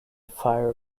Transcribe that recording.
fire